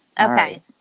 Okay